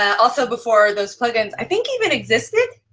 also before those plugins, i think even existed?